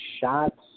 shots